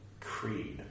Creed